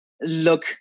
look